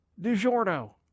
DiGiorno